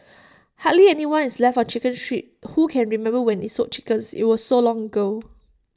hardly anyone is left on chicken street who can remember when IT sold chickens IT was so long ago